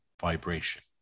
vibration